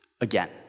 again